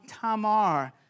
Tamar